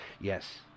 Yes